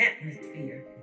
atmosphere